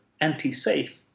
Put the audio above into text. anti-safe